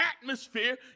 atmosphere